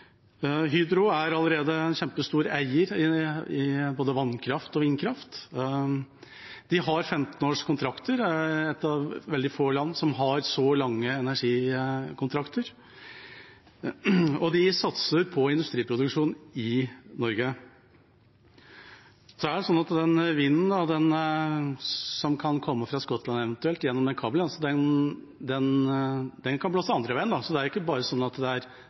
Hydro er allerede en kjempestor eier i både vannkraft og vindkraft. De har femten års kontrakter – de er ett av veldig få selskaper som har så lange energikontrakter – og de satser på industriproduksjon i Norge. Det er også sånn at den vinden som eventuelt kan komme fra Skottland gjennom denne kabelen, kan blåse den andre veien, så det er ikke bare sånn at det er